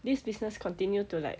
this business continue to like